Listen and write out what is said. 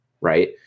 right